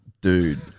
dude